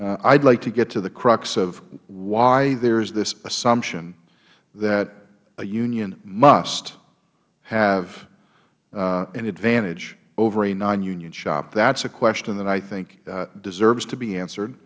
would like to get to the crux of why there is this assumption that a union must have an advantage over a non union shop that is a question that i think deserves to be answered